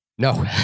No